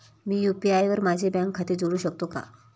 मी UPI वर माझे bank खाते जोडू शकतो का?